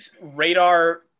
radar